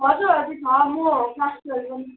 हजुर हजुर छ म क्लास ट्वेल्भ हो नि